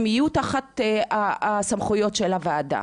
הם יהיו תחת הסמכויות של הוועדה.